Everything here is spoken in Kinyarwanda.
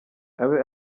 abe